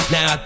Now